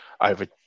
over